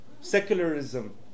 secularism